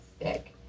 sick